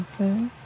Okay